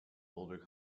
boulder